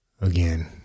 Again